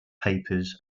papers